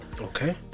Okay